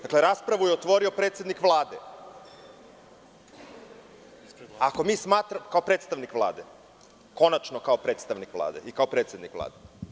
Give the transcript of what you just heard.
Dakle, raspravu je otvorio predsednik Vlade kao predstavnik Vlade, konačno kao predstavnik Vlade i predsednik Vlade.